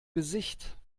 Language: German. gesicht